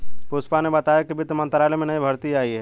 पुष्पा ने बताया कि वित्त मंत्रालय में नई भर्ती आई है